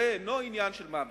זה אינו עניין של מה בכך.